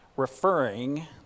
Referring